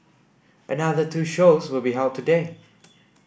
another two shows will be held today